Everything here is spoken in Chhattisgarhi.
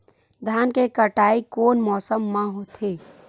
धान के कटाई कोन मौसम मा होथे?